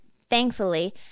thankfully